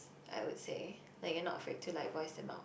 I would say like you're not afraid to like voice them out